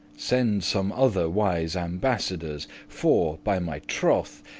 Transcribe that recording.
sende some other wise ambassadors, for, by my troth,